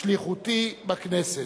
את שליחותי בכנסת.